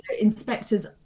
inspectors